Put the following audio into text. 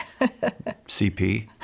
CP